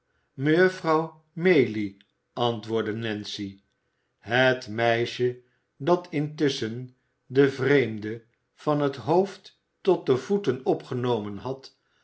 mejuffrouw maylie antwoordde nancy het meisje dat intusschen de vreemde van het hoofd tot de voeten opgenomen had